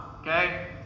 okay